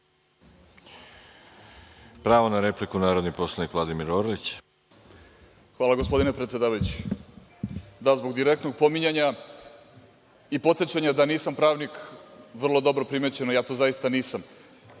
Pravo na repliku, narodni poslanik Vladimir Orlić. **Vladimir Orlić** Hvala gospodine predsedavajući. Da, zbog direktnog pominjanja i podsećanja da nisam pravnik, vrlo dobro primećeno, ja to zaista nisam.